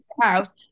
house